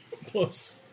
Plus